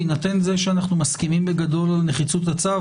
בהינתן שאנחנו מסכימים בגדול על נחיצות הצו,